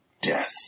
death